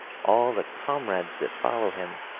all the comrades that follow him,